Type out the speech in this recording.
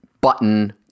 button